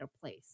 place